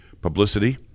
publicity